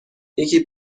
یکی